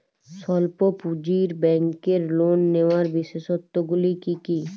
স্বল্প পুঁজির ব্যাংকের লোন নেওয়ার বিশেষত্বগুলি কী কী?